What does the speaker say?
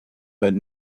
but